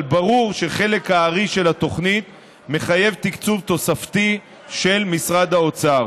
אבל ברור שחלק הארי של התוכנית מחייב תקצוב תוספתי של משרד האוצר.